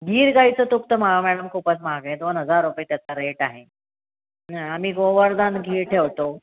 गिर गाईचं तूप तर महा मॅडम खूपच महाग आहे दोन हजार रुपये त्याचा रेट आहे आम्ही गोवर्धन घी ठेवतो